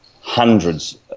hundreds